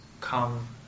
come